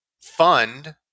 fund